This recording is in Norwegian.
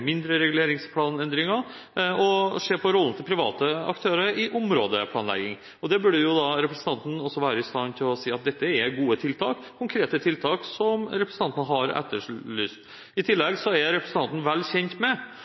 mindre reguleringsplanendringer og se på rollen til private aktører i områdeplanlegging. Dette burde representanten være i stand til å si at er gode, konkrete tiltak, som representanten har etterlyst. I tillegg er representanten vel kjent med